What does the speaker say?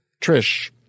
Trish